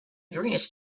greenish